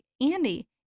Andy